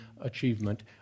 achievement